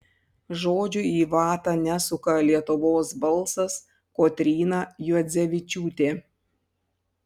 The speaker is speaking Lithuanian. žodžių į vatą nesuka lietuvos balsas kotryna juodzevičiūtė